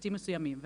בהיבטים מסוימים.